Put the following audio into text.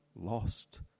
lost